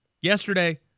Yesterday